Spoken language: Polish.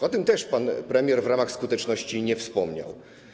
O tym też pan premier w ramach skuteczności nie wspomniał.